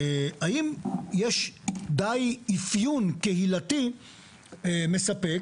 האם יש די אפיון קהילתי מספק